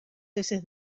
heces